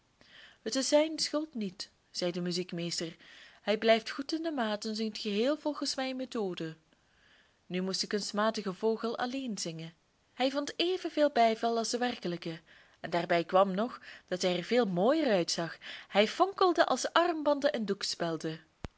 het is zijn schuld niet zei de muziekmeester hij blijft goed in de maat en zingt geheel volgens mijn methode nu moest de kunstmatige vogel alleen zingen hij vond evenveel bijval als de werkelijke en daarbij kwam nog dat hij er veel mooier uitzag hij fonkelde als armbanden en